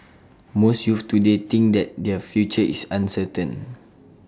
most youths today think that their future is uncertain